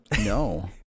No